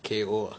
K_O